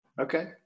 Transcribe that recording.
okay